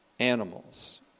animals